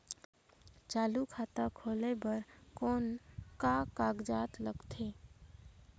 चालू खाता खोले बर कौन का कागजात लगथे?